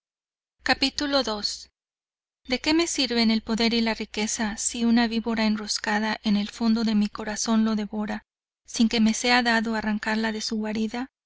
antecesor de qué me sirven el poder y la riqueza si una víbora enroscada en el fondo de mi corazón lo devora sin que me sea dado arrancarla de su guarida